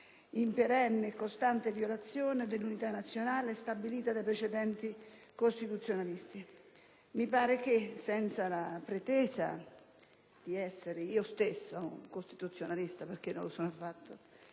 in perenne e costante violazione dell'unità nazionale stabilita dai precetti costituzionali. Mi pare che, senza la pretesa di essere un costituzionalista (perché in effetti